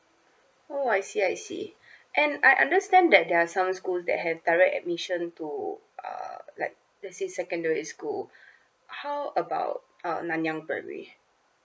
oh I see I see and I understand that there are some schools that have direct admission to uh like let's say secondary school how about uh nanyang primary